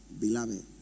beloved